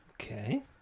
Okay